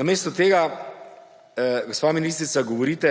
Namesto tega, gospa ministrica, govorite,